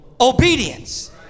obedience